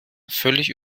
völlig